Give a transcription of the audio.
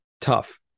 tough